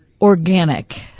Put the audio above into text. organic